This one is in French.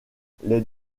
les